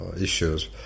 issues